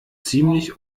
ziemlich